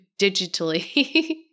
digitally